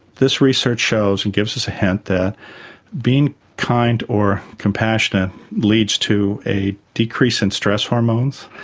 this research shows and gives us a hint that being kind or compassionate leads to a decrease in stress hormones,